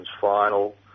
final